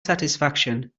satisfaction